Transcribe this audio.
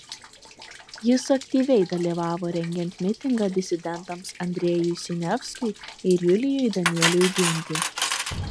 jis aktyviai dalyvavo rengiant mitingą disidentams andrejui siniavskiui ir julijui danieliui ginti